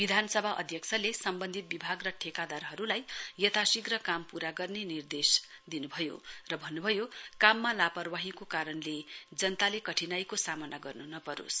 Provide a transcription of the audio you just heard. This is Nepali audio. विधानसभा अध्यक्षले सम्बन्धित विभाग र ठेकादारहरूलाई यथाशीघ्र काम पूरा गर्ने निर्देश दिनु भएको र भन्नु भयो काममा लापरवाहीको कारणले जनताले कठिनाईको सामना गर्नु नपरोस्